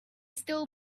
still